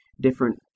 different